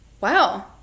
Wow